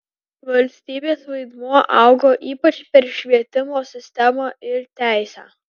valstybės vaidmuo augo ypač per švietimo sistemą ir teisę